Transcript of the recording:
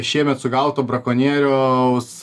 šiemet sugauto brakonieriaus